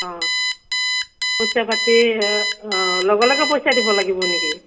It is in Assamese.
অ' পইচা পাতি অ' লগে লগে পইচা দিব লাগিব নেকি